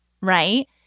right